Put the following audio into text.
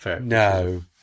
No